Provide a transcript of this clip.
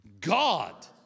God